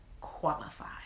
qualified